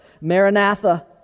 Maranatha